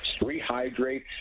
Rehydrate